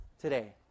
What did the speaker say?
today